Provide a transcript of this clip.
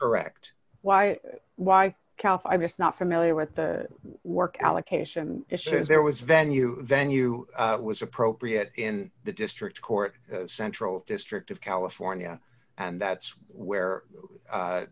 correct why why kalf i'm just not familiar with the work allocation issues there was venue venue was appropriate in the district court central district of california and that's where